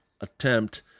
attempt